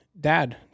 dad